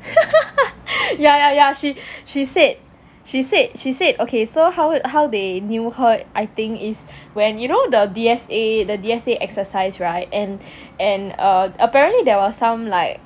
yeah yeah yeah she she said she said she said okay so how how they knew her I think is when you know the D_S_A the D_S_A exercise [right] and and uh apparently there were some like